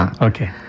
Okay